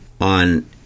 on